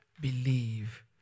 believe